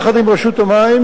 יחד עם רשות המים,